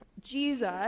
Jesus